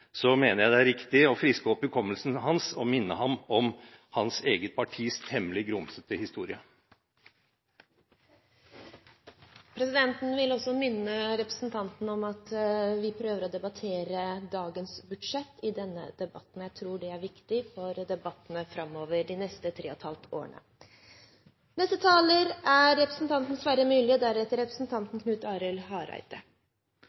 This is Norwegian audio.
så til de grader kaster stein i glasshus, mener jeg det er riktig å friske opp hukommelsen hans og minne ham om hans eget partis temmelig grumsete historie. Presidenten vil minne representantene om at vi prøver å debattere dagens budsjett i denne debatten, og jeg tror det er viktig for debattene framover i de neste tre og et halvt årene.